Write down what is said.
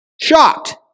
Shocked